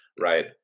right